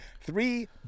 three